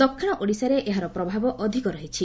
ଦକ୍ଷିଶ ଓଡ଼ିଶାରେ ଏହାର ପ୍ରଭାବ ଅଧିକ ରହିଛି